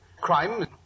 Crime